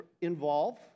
involve